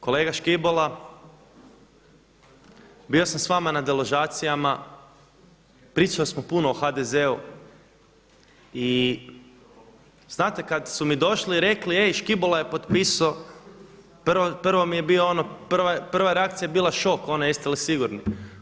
Kolega Škibola bio sam sa vama na deložacijama, pričali smo puno o HDZ-u i znate kad su mi došli i rekli ej Škibola je potpisao prvo mi je bilo ono, prva reakcija je bila šok, ono jeste li sigurni.